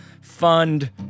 Fund